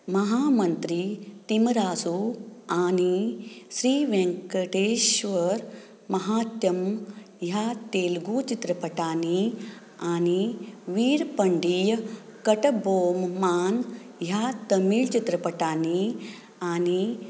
महामंत्री तिमरासो आनी श्री वेंकेटेश्वर महात्म ह्या तेलगु चित्रपटांनी आनी वीर पंडीय कथक भोवमान ह्या तमिळ चित्रपटांनी आनी